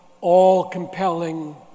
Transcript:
all-compelling